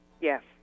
Yes